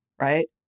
Right